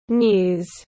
news